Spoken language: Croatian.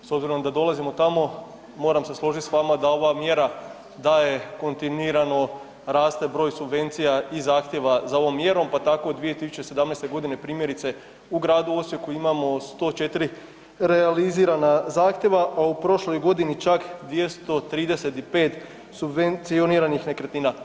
S obzirom da dolazim od tamo moram se složiti s vama da ova mjera daje kontinuirano raste broj subvencija i zahtjeva za ovom mjerom, pa tako u 2017. godini primjerice u Gradu Osijeku imamo 104 realizirana zahtjeva, a u prošloj godini čak 235 subvencioniranih nekretnina.